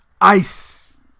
Ice